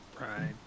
Right